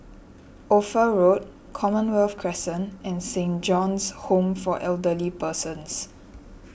Ophir Road Commonwealth Crescent and Saint John's Home for Elderly Persons